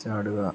ചാടുക